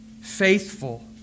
Faithful